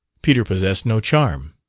peter possessed no charm.